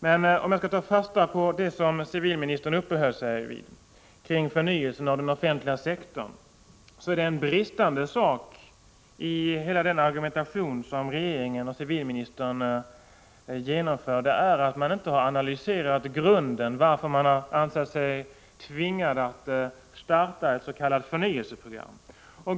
Men om jag tar fasta på det som civilministern uppehöll sig vid, kring förnyelsen av den offentliga sektorn, är det en sak som brister i hela denna argumentation som regeringen och civilministern för. Det är att man inte har analyserat grunden till varför man har ansett sig tvingad att starta ett s.k. förnyelseprogram.